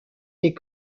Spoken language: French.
des